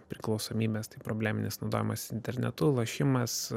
priklausomybes tai probleminis naudojimas internetu lošimas